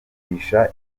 kugisha